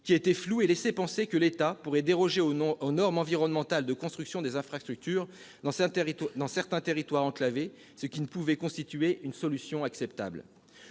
qui était flou et qui laissait penser que l'État pourrait déroger aux normes environnementales de construction des infrastructures dans certains territoires enclavés, ce qui ne pouvait constituer une solution acceptable.